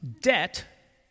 debt